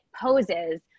poses